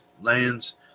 lands